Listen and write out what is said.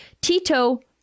Tito